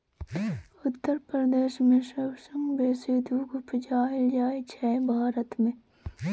उत्तर प्रदेश मे सबसँ बेसी दुध उपजाएल जाइ छै भारत मे